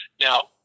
Now